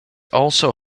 also